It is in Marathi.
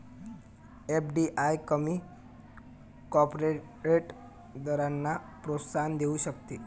एफ.डी.आय कमी कॉर्पोरेट दरांना प्रोत्साहन देऊ शकते